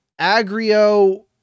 Agrio